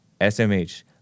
SMH